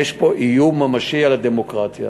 יש פה איום ממשי על הדמוקרטיה